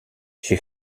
she